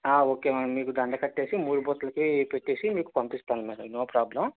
okay madam మీకు దండ కట్టేసి మూడు బుట్టలకి పెట్టేసి మీకు పంపిస్తాను మ్యాడమ్ నో ప్రాబ్లమ్